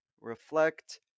reflect